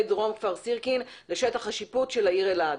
דרום כפר סירקין לשטח השיפוט של העיר אלעד.